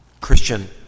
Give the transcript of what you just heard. Christian